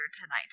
tonight